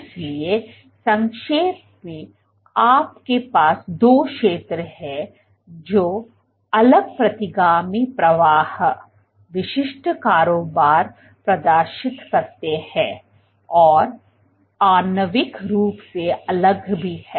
इसलिए संक्षेप में आपके पास दो क्षेत्र हैं जो अलग प्रतिगामी प्रवाह विशिष्ट कारोबार प्रदर्शित करते हैं और आणविक रूप से अलग भी हैं